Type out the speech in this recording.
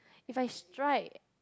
if I strike